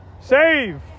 Save